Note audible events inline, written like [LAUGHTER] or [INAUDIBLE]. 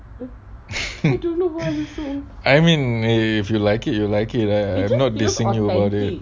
[LAUGHS] I mean if you like it you like it lah not dissing you about it